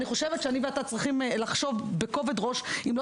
ואני חושבת שאני ואתה צריכים לחשוב בכובד ראש אם לא